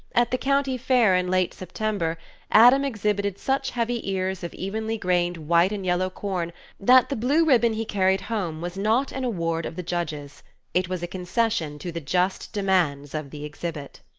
at the county fair in late september adam exhibited such heavy ears of evenly grained white and yellow corn that the blue ribbon he carried home was not an award of the judges it was a concession to the just demands of the exhibit.